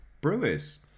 brewers